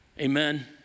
Amen